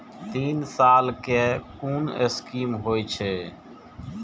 तीन साल कै कुन स्कीम होय छै?